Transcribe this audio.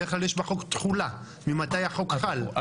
בדרך כלל, יש תחולה, ממתי החוק חל.